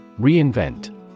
Reinvent